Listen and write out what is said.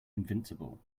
invincible